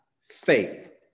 faith